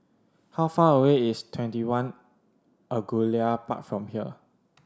how far away is TwentyOne Angullia Park from here